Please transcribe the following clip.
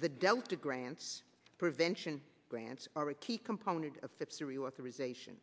the delta grants prevention grants are a key component of fifty reauthorization